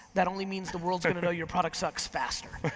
that only means the world's gonna know your product sucks faster. and